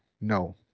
no